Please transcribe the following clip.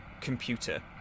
computer